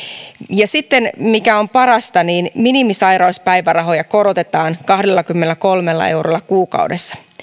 ja sitten mikä on parasta minimisairauspäivärahoja korotetaan kahdellakymmenelläkolmella eurolla kuukaudessa